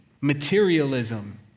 materialism